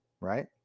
Right